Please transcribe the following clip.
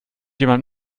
jemand